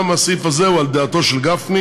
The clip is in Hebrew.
גם הסעיף הזה הוא על דעתו של גפני,